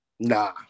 Nah